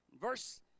Verse